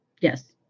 Yes